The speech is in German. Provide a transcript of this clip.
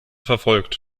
verfolgt